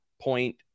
point